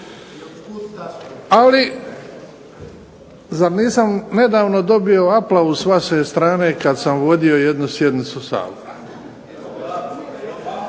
Ali, zar nisam nedavno dobio aplauz s vaše strane kad sam vodio jednu sjednicu Sabora?